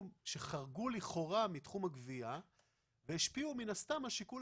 אני מקווה שעד הדיון הבא הם ישלימו את הבדיקות שהם ביקשו